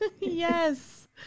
Yes